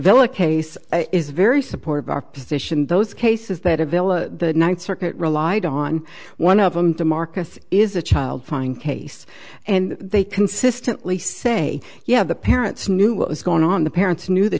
yvel a case is very supportive of our position those cases that avila the ninth circuit relied on one of them to marcus is a child fine case and they consistently say yeah the parents knew what was going on the parents knew the